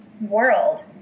world